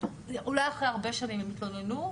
אולי אחרי הרבה שנים הן יתלוננו,